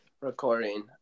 recording